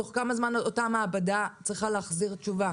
תוך כמה זמן אותה מעבדה צריכה להחזיר תשובה?